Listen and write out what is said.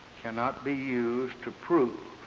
cannot be used to prove